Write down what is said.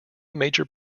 major